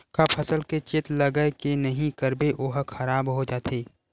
का फसल के चेत लगय के नहीं करबे ओहा खराब हो जाथे?